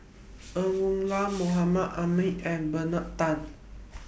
Ng Woon Lam Mahmud Ahmad and Bernard Tan